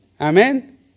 Amen